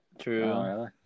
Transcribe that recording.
True